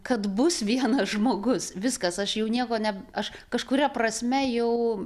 kad bus vienas žmogus viskas aš jau nieko ne aš kažkuria prasme jau